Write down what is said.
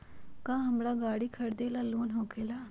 का हमरा गारी खरीदेला लोन होकेला?